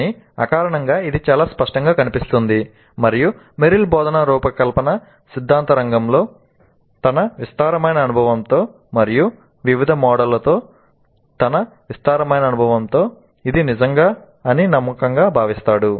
కానీ అకారణంగా ఇది చాలా స్పష్టంగా కనిపిస్తుంది మరియు మెర్రిల్ బోధనా రూపకల్పన సిద్ధాంత రంగంలో తన విస్తారమైన అనుభవంతో మరియు వివిధ మోడళ్లతో తన విస్తారమైన అనుభవంతో ఇది నిజం అని నమ్మకంగా భావిస్తాడు